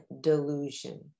delusion